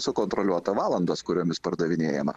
sukontroliuota valandos kuriomis pardavinėjama